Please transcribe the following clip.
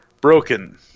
broken